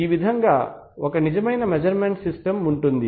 ఈ విధంగా ఒక నిజమైన మెజర్మెంట్ సిస్టం ఉంటుంది